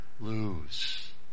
lose